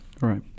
Right